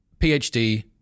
PhD